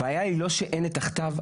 הבעיה היא לא שאין את הכתב,